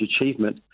achievement